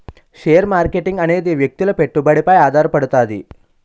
share marketing అనేది వ్యక్తుల పెట్టుబడిపై ఆధారపడుతది